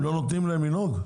הם לא נותנים להם לנהוג?